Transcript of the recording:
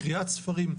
לקריאת ספרים,